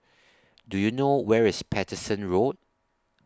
Do YOU know Where IS Paterson Road